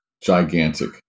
gigantic